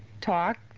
talk